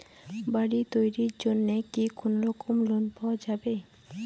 বাড়ি তৈরির জন্যে কি কোনোরকম লোন পাওয়া যাবে?